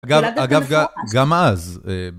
אגב, אגב, אגב, גם אז.